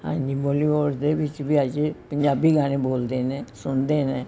ਹਾਂਜੀ ਬੋਲੀਵੁੱਡ ਦੇ ਵਿੱਚ ਵੀ ਅੱਜ ਪੰਜਾਬੀ ਗਾਣੇ ਬੋਲਦੇ ਨੇ ਸੁਣਦੇ ਨੇ